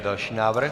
Další návrh?